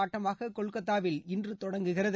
ஆட்டமாக கொல்கத்தாவில் இன்று தொடங்குகிறது